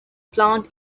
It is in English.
plant